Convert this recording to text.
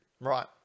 Right